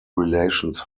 relations